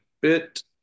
bit